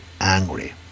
angry